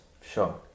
Sure